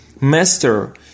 Master